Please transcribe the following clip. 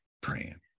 praying